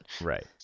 right